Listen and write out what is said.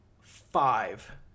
five